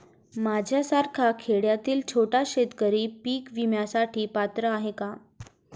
माझ्यासारखा खेड्यातील छोटा शेतकरी पीक विम्यासाठी पात्र आहे का?